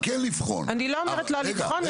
כן לבחון --- אני לא אומרת לא לבחון,